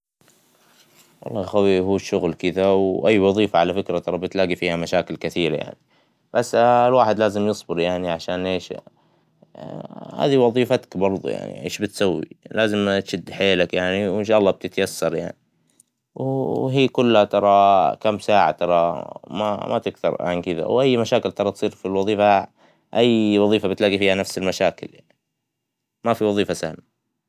والله يخوى هو الشغل كدة ، وأى وظيفة على فكرة تروح تلاقى فيها مشاكل كثيرة يعنى ، بس الواحد لآزم يصبر يعنى علشان عيشه يعنى ، هذى وظيفتك بردوا ايش بتسوى لآزم بتشد حيلك يعنى وإن شاء الله بتتيسر يعنى ، وهى كلها ترى كام ساعة ترى ما تكثر عن كدة وأى مشاكل ترى تصير فى الوظيفة أى وظيفة تلاقى فيها نفس المشاكل ما فى وظيفة سهلة.